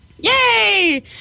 Yay